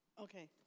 Okay